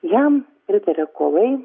jam pritaria kovai